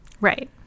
Right